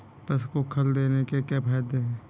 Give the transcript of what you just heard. पशु को खल देने से क्या फायदे हैं?